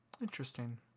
Interesting